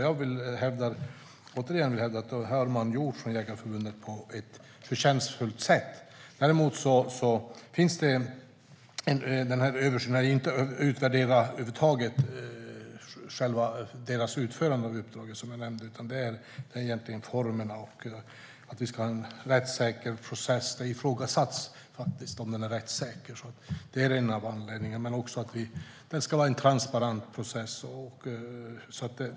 Jag vill återigen hävda att Jägareförbundet har gjort det på ett förtjänstfullt sätt. Den här översynen gäller inte över huvud taget att utvärdera förbundets utförande av uppdraget, som jag nämnde, utan det handlar om formerna och att vi ska ha en rättssäker process. Det har faktiskt ifrågasatts om den är rättssäker, så det är en av anledningarna. Men det gäller också att det ska vara en transparent process.